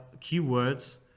keywords